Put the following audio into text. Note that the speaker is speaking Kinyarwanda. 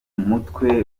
mutwe